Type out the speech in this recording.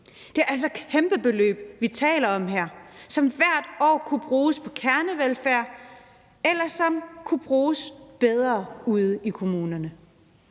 Det er altså kæmpebeløb, vi taler om her, som hvert år bruges på kernevelfærd, eller som kunne bruges bedre ude i kommunerne.